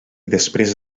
després